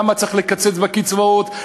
למה צריך לקצץ בקצבאות,